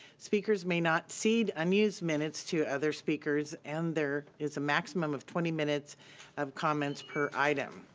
speakers may not seed unused minutes to other speakers and there is a maximum of twenty minutes of comments per item.